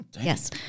Yes